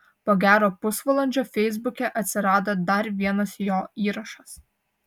po gero pusvalandžio feisbuke atsirado dar vienas jo įrašas